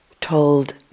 told